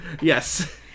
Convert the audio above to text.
yes